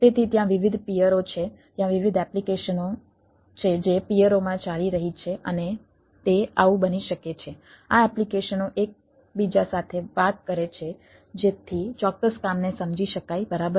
તેથી ત્યાં વિવિધ પીઅરો છે ત્યાં વિવિધ એપ્લિકેશનો છે જે પીઅરોમાં ચાલી રહી છે અને તે આવું બની શકે છે આ એપ્લિકેશનો એક બીજા સાથે વાત કરે છે જેથી ચોક્કસ કામને સમજી શકાય બરાબર